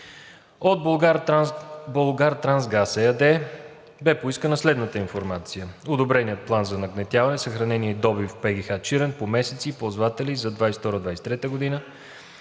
от „Булгартрансгаз“ ЕАД беше поискана следната информация: одобреният план за нагнетяване, съхранение и добив в ПГХ „Чирен“ по месеци и ползватели за 2022 г.